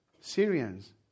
Syrians